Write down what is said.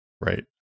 Right